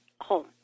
home